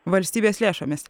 valstybės lėšomis